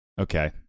okay